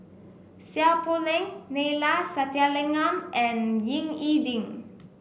Seow Poh Leng Neila Sathyalingam and Ying E Ding